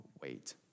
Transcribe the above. wait